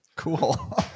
Cool